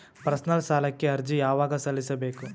Personal ಸಾಲಕ್ಕೆ ಅರ್ಜಿ ಯವಾಗ ಸಲ್ಲಿಸಬೇಕು?